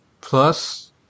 plus